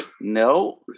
No